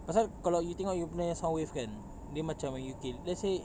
pasal kalau you tengok you punya sound wave kan dia macam when you kill let's say